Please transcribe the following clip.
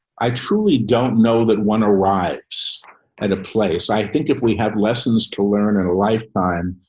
i truly don't know that one arrives at a place. i think if we have lessons to learn in a lifetime,